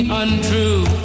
untrue